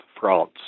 France